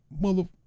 mother